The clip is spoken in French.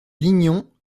lignon